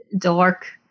dark